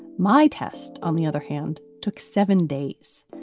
my test, on the other hand, took seven days.